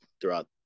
throughout